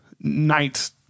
night